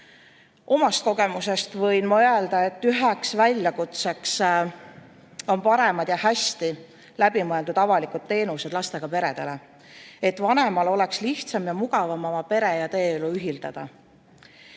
Omast kogemusest võin öelda, et üheks väljakutseks on paremad ja hästi läbimõeldud avalikud teenused lastega peredele, et vanemal oleks lihtsam ja mugavam pere- ja tööelu ühildada. Meil